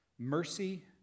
Mercy